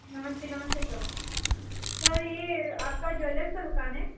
नमस्ते नमस्ते sir sir यह आपका ज्वैलर्स की दुकान है